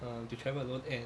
um to travel alone and